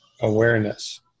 awareness